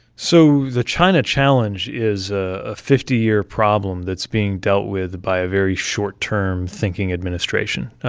so the china challenge is a fifty year problem that's being dealt with by a very short-term thinking administration.